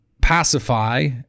pacify